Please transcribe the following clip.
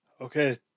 Okay